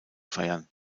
feiern